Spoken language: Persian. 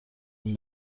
این